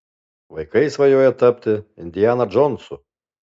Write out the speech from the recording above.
vaikai svajoja tapti indiana džonsu